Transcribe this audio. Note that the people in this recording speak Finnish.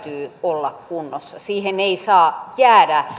olla kunnossa siihen ei saa jäädä